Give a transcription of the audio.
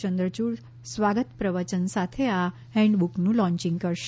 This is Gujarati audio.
ચંદ્રચૂડ સ્વાગત પ્રવચન સાથે આ હેન્ડબુકનું લોન્ચિંગ કરશે